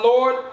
Lord